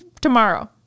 tomorrow